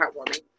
heartwarming